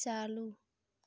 चालू